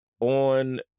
on